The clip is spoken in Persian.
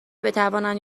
بتوانند